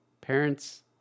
Parents